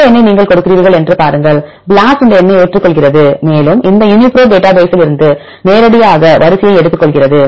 இந்த எண்ணை நீங்கள் கொடுக்கிறீர்களா என்று பாருங்கள் BLAST இந்த எண்ணை ஏற்றுக்கொள்கிறது மேலும் இந்த யூனிபிராட் டேட்டா பேஸில் இருந்து நேரடியாக வரிசையை எடுத்துக்கொள்கிறது